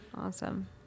awesome